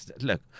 look